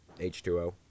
H2O